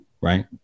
right